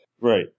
Right